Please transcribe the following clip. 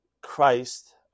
Christ